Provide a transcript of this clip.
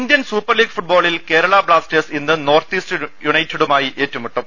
Indian Super League ഫുട്ബോളിൽ Kerala Blasters ഇന്ന് North East യുണൈറ്റഡുമായി ഏറ്റുമുട്ടും